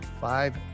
five